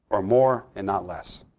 or more and not less.